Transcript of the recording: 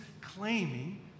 claiming